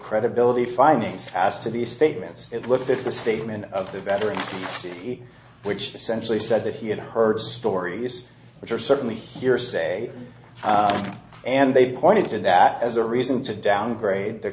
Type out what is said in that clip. credibility findings as to the statements it looked at the statement of the veteran which essentially said that he had heard stories which were certainly hearsay and they pointed to that as a reason to downgrade the